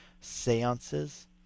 seances